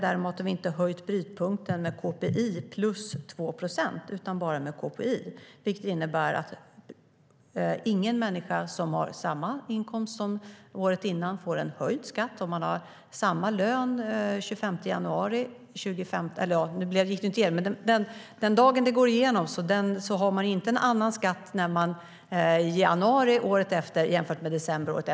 Däremot höjer vi inte brytpunkten med KPI plus 2 procent utan bara med KPI. Det innebär att ingen människa som har samma inkomst som året innan får en höjd skatt. Nu gick det inte igenom, men när det går igenom har man inte en annan skatt i januari än i december.